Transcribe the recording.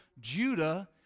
Judah